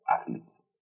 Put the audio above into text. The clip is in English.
athletes